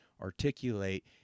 articulate